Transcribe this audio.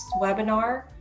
webinar